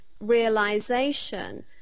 realization